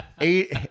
Eight